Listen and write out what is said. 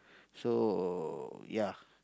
so ya